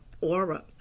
aura